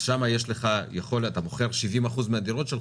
אז שם יש לך יכולת אתה מוכר 70 אחוז מהדירות שלך,